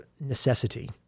necessity